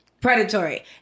predatory